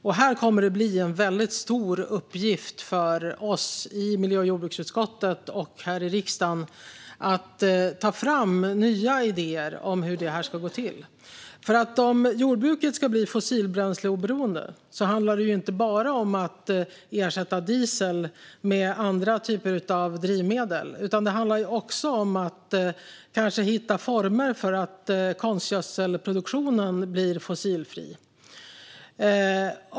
Det kommer att bli en stor uppgift för oss i miljö och jordbruksutskottet och här i riksdagen att ta fram nya idéer om hur det här ska gå till. Om jordbruket ska bli fossilbränsleoberoende handlar det inte bara om att ersätta diesel med andra typer av drivmedel. Det handlar också om att hitta former för att göra konstgödselproduktionen fossilfri.